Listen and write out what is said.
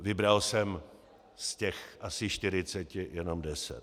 Vybral jsem z těch asi 40 jenom deset.